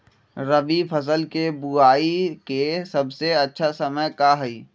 रबी फसल के बुआई के सबसे अच्छा समय का हई?